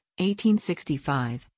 1865